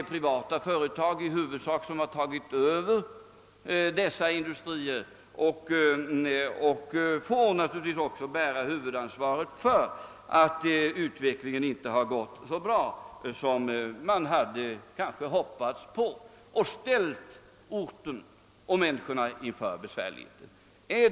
De privata företag, som sedan har tagit över, har naturligtvis också fått bära huvudansvaret för att verksamheten inte har gått så bra som man hoppats utan att orten och människorna har ställts i besvärliga situationer.